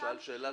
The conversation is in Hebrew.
פורסם השבוע.